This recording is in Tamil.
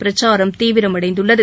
பிரச்சாரம் தீவிரமடைந்துள்ளது